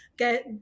get